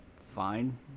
fine